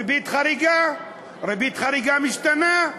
ריבית חריגה, ריבית חריגה משתנה,